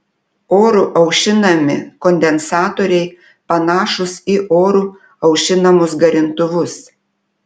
oru aušinami kondensatoriai panašūs į oru aušinamus garintuvus